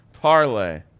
parlay